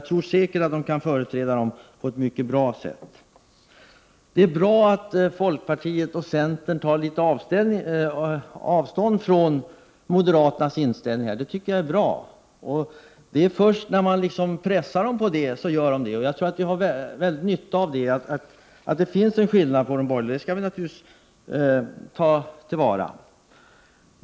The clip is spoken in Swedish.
Säkert kan de företräda de anställda på ett mycket bra sätt. Det är bra att folkpartiet och centern tar avstånd från de moderatas inställning här. Men det är först när man pressar dem som detta sker. Vi kan ha nytta av att det finns en skillnad mellan de borgerliga partierna, och det skall vi naturligtvis ta till vara.